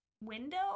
window